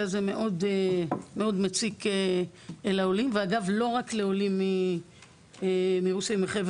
הזה מאוד מציק לעולים ולא רק לעולים מרוסיה ומחבר